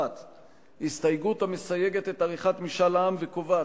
1. הסתייגות המסייגת את עריכתו של משאל עם וקובעת